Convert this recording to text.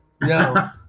No